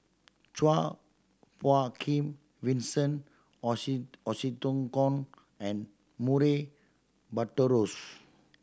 Chua Phung Kim Vincent Hoisington and Murray Buttrose